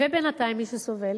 בינתיים מי שסובל